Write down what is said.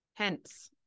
Hence